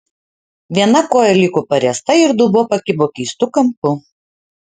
viena koja liko pariesta ir dubuo pakibo keistu kampu